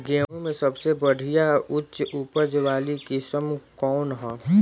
गेहूं में सबसे बढ़िया उच्च उपज वाली किस्म कौन ह?